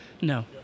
No